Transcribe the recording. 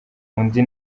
undi